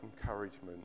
encouragement